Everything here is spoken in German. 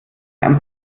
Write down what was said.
ein